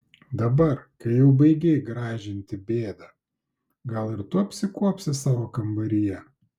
dabar kai jau baigei gražinti bėdą gal ir tu apsikuopsi savo kambaryje